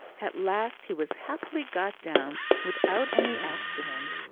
at last he was happily got down without any accident,